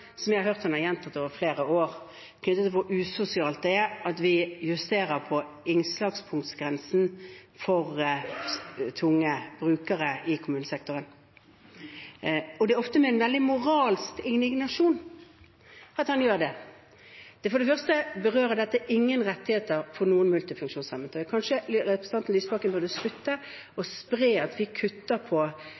som jeg har hørt at han har gjentatt over flere år, knyttet til hvor usosialt det er at vi justerer på innslagspunktgrensen for tunge brukere i kommunesektoren. Det er ofte med en veldig moralsk indignasjon at han gjør det. For det første berører dette ingen rettigheter for noen multifunksjonshemmede. Kanskje representanten Lysbakken burde slutte å spre at vi kutter